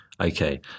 Okay